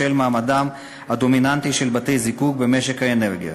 בשל מעמדם הדומיננטי של בתי-הזיקוק במשק האנרגיה.